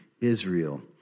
Israel